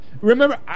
Remember